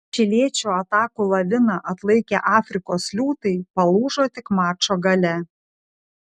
čiliečių atakų laviną atlaikę afrikos liūtai palūžo tik mačo gale